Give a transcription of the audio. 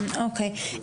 אוקי,